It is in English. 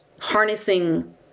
harnessing